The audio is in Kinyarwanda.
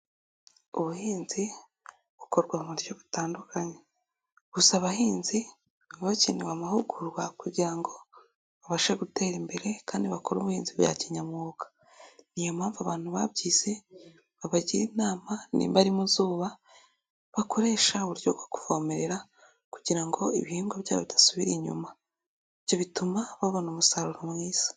Ubuhinzi bukorwa mu buryo butandukanye gusa abahinzi baba bakeneye amahugurwa kugira ngo babashe gutera imbere kandi bakore ubuhinzi bwa kinyamwuga, ni iyo mpamvu abantu babyize babagira inama nimba ari mu zuba bakoresha uburyo bwo kuvomerera kugira ngo ibihingwa byabo bidasubira inyuma, ibyo bituma babona umusaruro mwiza.